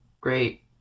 great